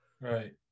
right